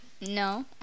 No